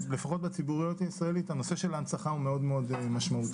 לפחות בציבוריות הישראלית הנושא של ההנצחה הוא מאוד משמעותי